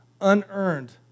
unearned